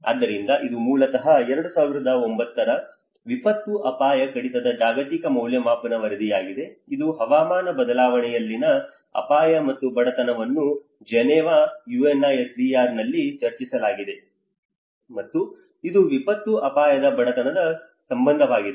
ಆದ್ದರಿಂದ ಇದು ಮೂಲತಃ 2009 ರ ವಿಪತ್ತು ಅಪಾಯ ಕಡಿತದ ಜಾಗತಿಕ ಮೌಲ್ಯಮಾಪನ ವರದಿಯಾಗಿದೆ ಇದು ಹವಾಮಾನ ಬದಲಾವಣೆಯಲ್ಲಿನ ಅಪಾಯ ಮತ್ತು ಬಡತನವನ್ನು ಜಿನೀವಾ UNISDR ನಲ್ಲಿ ಚರ್ಚಿಸಲಾಗಿದೆ ಮತ್ತು ಇದು ವಿಪತ್ತು ಅಪಾಯದ ಬಡತನದ ಸಂಬಂಧವಾಗಿದೆ